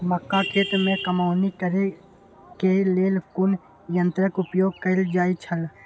मक्का खेत में कमौनी करेय केय लेल कुन संयंत्र उपयोग कैल जाए छल?